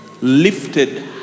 Lifted